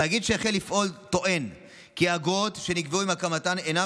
התאגיד שהחל לפעול טוען כי האגרות שנקבעו עם הקמתו אינן